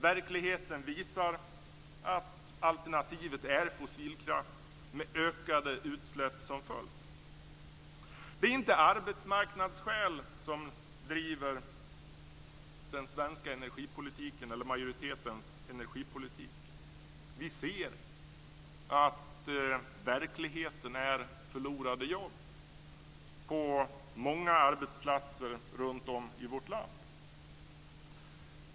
Verkligheten visar att alternativet är fossilkraft med ökade utsläpp som följd. Det är inte arbetsmarknadsskäl som driver majoritetens energipolitik.